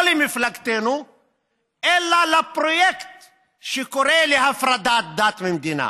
לא למפלגתנו אלא לפרויקט שקורא להפרדת דת ומדינה.